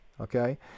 okay